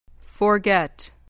Forget